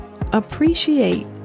appreciate